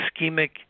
ischemic